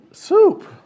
Soup